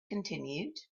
continued